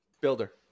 builder